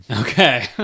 Okay